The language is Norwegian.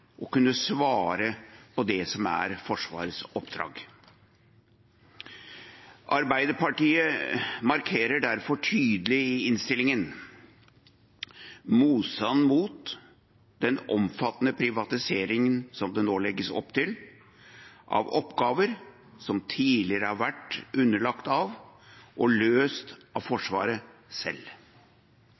å kunne svare på det som er Forsvarets oppdrag. Arbeiderpartiet markerer derfor tydelig i innstillingen motstand mot den omfattende privatiseringen som det nå legges opp til av oppgaver som tidligere har vært underlagt og løst av Forsvaret selv.